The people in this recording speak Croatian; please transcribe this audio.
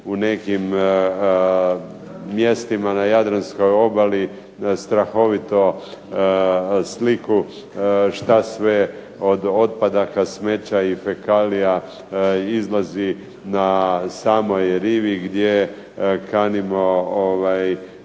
u nekim mjestima na Jadranskoj obali strahovito sliku što sve od otpadaka, smeća i fekalija izlazi na samoj rivi gdje kanimo